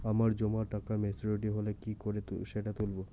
আমার জমা টাকা মেচুউরিটি হলে কি করে সেটা তুলব?